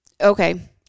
Okay